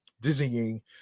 dizzying